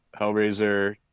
Hellraiser